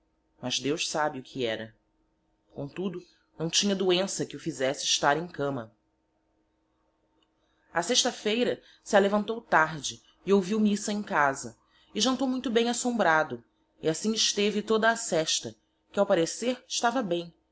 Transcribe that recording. mas deos sabe o que era com tudo não tinha doença que o fizesse estar em cama á sexta feira se alevantou tarde e ouvio missa em casa e jantou muito bem assombrado e assim esteve toda a sésta que ao parecer estava bem